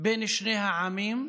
בין שני העמים.